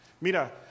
Mira